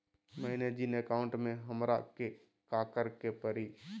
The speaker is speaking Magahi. मैंने जिन अकाउंट में हमरा के काकड़ के परी?